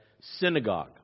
synagogue